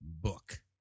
book